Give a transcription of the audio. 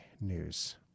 news